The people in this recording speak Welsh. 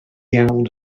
iawn